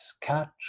catch